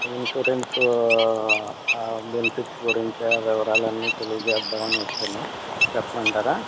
ఆ ఇన్సూరెన్స్ ఆ బెనిఫిట్స్ గురించి ఆ వివరాలన్నీ తెలియచేద్దామని వచ్చాను చెప్పమంటారా